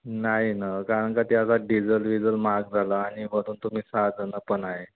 नाही न कारण का ते आता डिझल विझल महाग झाला आणि वरून तुम्ही सहा जण पण आहे